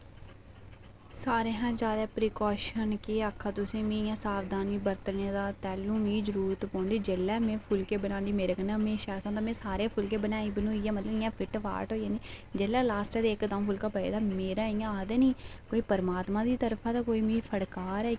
सारें कशा जादै प्रीकॉशन केह् आक्खां तुसेंगी मिगी इंया सावधानी बरतने दा तैलूं मिगी जरूरत पौंदी जेल्लै में फुल्के बनांदी मेरे कन्नै हमेशा ऐसा होंदा कि में सारे फुल्के बनाई इंया फिट फाट होई जन्नी जेल्लै लॉस्ट दा इक्क दौं फुल्का बचदा ते मेरा इंया आखदे नी कि कोई परमात्मा दी तरफा मिगी कोई फटकार ऐ